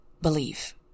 believe